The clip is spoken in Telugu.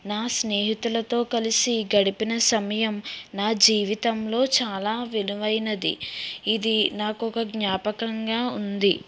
నా స్నేహితులతో కలిసి గడిపిన సమయం నా జీవితంలో చాలా విలువైనది ఇది నాకొక జ్ఞాపకం గా ఉంది